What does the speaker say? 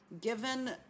given